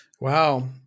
Wow